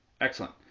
Excellent